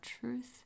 truth